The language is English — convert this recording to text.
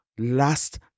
Last